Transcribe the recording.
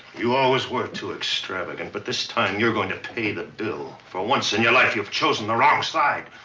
you always were too extravagant, but this time you're going to pay the bill. for once in your life you've chosen the wrong side!